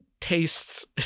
tastes